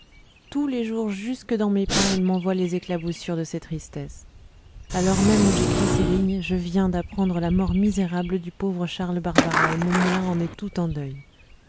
tous les jours jusque dans mes pins il m'envoie les éclaboussures de ses tristesses à l'heure même où j'écris ces lignes je viens d'apprendre la mort misérable du pauvre charles barbara et mon moulin en est tout en deuil